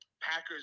Packers